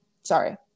sorry